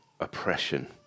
oppression